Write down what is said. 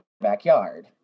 backyard